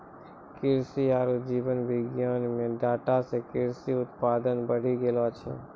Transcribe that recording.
कृषि आरु जीव विज्ञान मे डाटा से कृषि उत्पादन बढ़ी गेलो छै